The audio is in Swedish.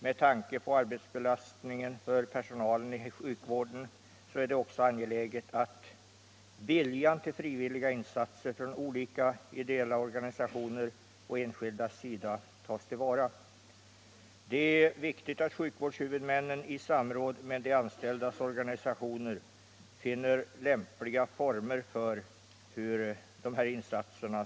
Med tanke på arbetsbelastningen för personalen i sjukvården är det också angeläget att viljan till frivilliga insatser från olika ideella organisationers och enskildas sida tas till vara. Det är viktigt att sjukvårdshuvudmännen i samråd med de anställdas organisationer finner lämpliga former för dessa insatser.